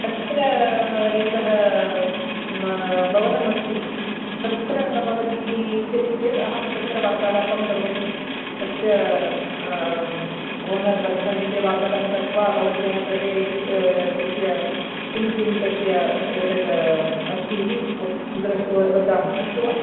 तत्र एकः भवनम् अस्ति तत्र भवती इच्छति चेत् अहं तत्र वार्तालापं करोमि अस्य ओनर् मत्समीपे वार्तालापं कृत्वा भवत्याः कृते तस्य किं किं तस्य एतद् अस्ति इति वदामि अस्तु वा